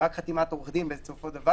רק חתימת עורך דין בסופו של דבר,